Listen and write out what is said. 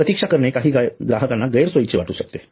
प्रतीक्षा करणे काही ग्राहकाना गैरसोयीचे वाटू शकते